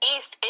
East